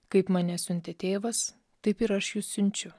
kaip mane siuntė tėvas taip ir aš jus siunčiu